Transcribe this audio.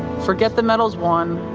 forget the medals won,